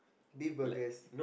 beef burgers